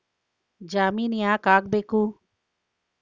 ಜಾಮಿನ್ ಯಾಕ್ ಆಗ್ಬೇಕು?